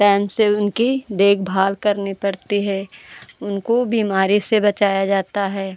time से उनकी देखभाल करनी पड़ती है उनको बीमारी से बचाया जाता है